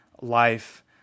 life